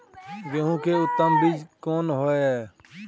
गेहूं के उत्तम बीज कोन होय है?